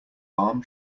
arm